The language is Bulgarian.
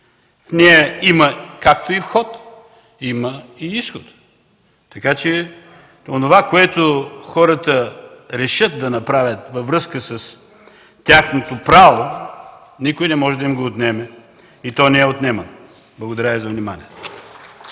В нея има както вход, така и изход. Така че онова, което хората решат да направят във връзка с тяхното право, никой не може да им го отнеме и то не е отнемано. Благодаря.